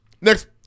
Next